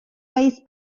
waste